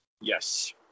Yes